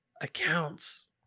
accounts